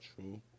True